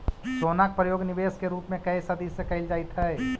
सोना के प्रयोग निवेश के रूप में कए सदी से कईल जाइत हई